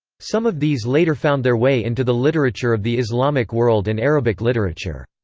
some of these later found their way into the literature of the islamic world and arabic literature.